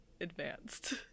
advanced